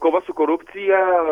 kova su korupcija